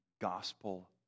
gospel